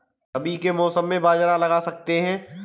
रवि के मौसम में बाजरा लगा सकते हैं?